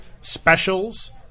specials